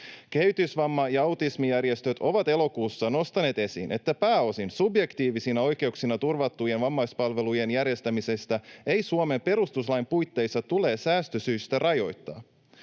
Kehitysvamma- ja autismijärjestöt ovat elokuussa nostaneet esiin, että pääosin subjektiivisina oikeuksina turvattujen vammaispalvelujen järjestämistä ei Suomen perustuslain puitteissa tule säästösyistä rajoittaa.